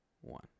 one